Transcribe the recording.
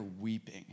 weeping